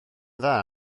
dda